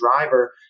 driver